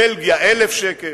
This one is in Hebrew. בבלגיה 1,000 שקל,